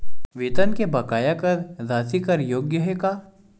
वेतन के बकाया कर राशि कर योग्य हे का?